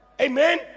Amen